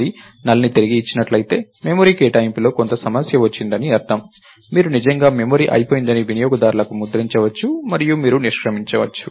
అది NULLని తిరిగి ఇచ్చినట్లయితే మెమరీ కేటాయింపులో కొంత సమస్య వచ్చిందని అర్థం మీరు నిజంగా మెమరీ అయిపోయిందని వినియోగదారుకు ముద్రించవచ్చు మరియు మీరు నిష్క్రమించవచ్చు